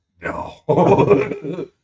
no